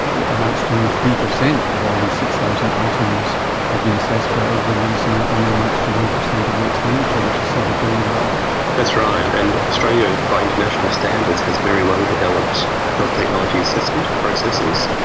it amounts to only three percent of all these six thousand items have been assessed for evidence and that only amounts to one percent of the expenditure, which is several billion dollars. that's right, and australia by international standards has very well-developed health technology assessment processes,